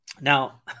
Now